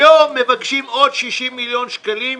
היום מבקשים עוד 60 מיליון שקלים,